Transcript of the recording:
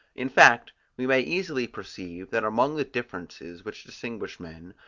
in fact, we may easily perceive that among the differences, which distinguish men,